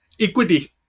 Equity